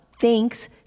Thanks